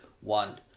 one